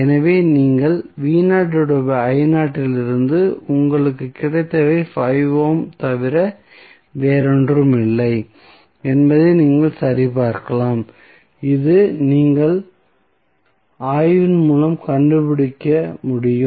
எனவே நீங்கள் இலிருந்து உங்களுக்கு கிடைத்தவை 5 ஓம் தவிர வேறொன்றுமில்லை என்பதை நீங்கள் சரிபார்க்கலாம் இது நீங்கள் ஆய்வின் மூலம் கண்டுபிடிக்க முடியும்